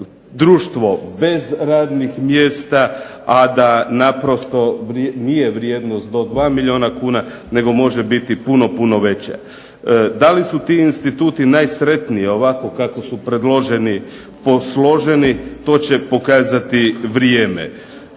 društvo bez radnih mjesta, a da naprosto nije vrijednost do 2 milijuna kuna, nego može biti puno, puno veće. Da li su ti instituti najsretniji, ovako kako su predloženi, posloženi, to će pokazati vrijeme.